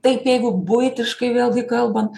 taip jeigu buitiškai vėlgi kalbant